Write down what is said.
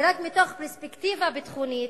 ורק מתוך פרספקטיבה ביטחונית,